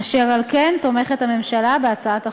אשר על כן, הממשלה תומכת בהצעת החוק.